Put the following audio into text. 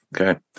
Okay